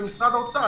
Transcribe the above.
במשרד האוצר,